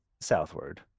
southward